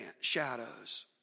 shadows